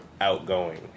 outgoing